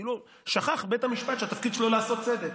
כאילו שכח בית המשפט שהתפקיד שלו לעשות צדק.